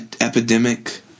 epidemic